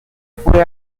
fue